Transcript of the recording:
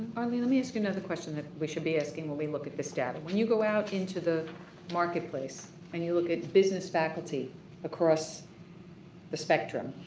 arlene, let me ask you another question that we should be asking when we look at this data. when you go out into the marketplace and you look at business faculty across the spectrum,